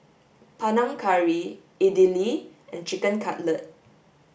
Panang Curry Idili and Chicken Cutlet